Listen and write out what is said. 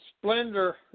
splendor